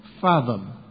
fathom